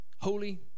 holy